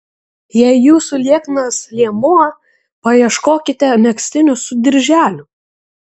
jei jūsų lieknas liemuo paieškokite megztinių su dirželiu